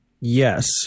Yes